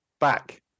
back